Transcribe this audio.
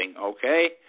okay